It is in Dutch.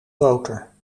groter